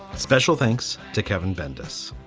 special thanks to kevin vendors.